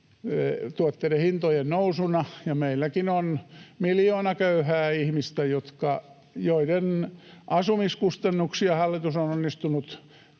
tuotteiden hintojen nousuna. Meilläkin on miljoona köyhää ihmistä, joiden asumiskustannuksia hallitus on onnistunut